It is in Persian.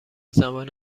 زبان